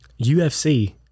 UFC